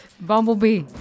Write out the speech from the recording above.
Bumblebee